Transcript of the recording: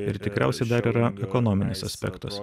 ir tikriausiai dar yra ekonominis aspektas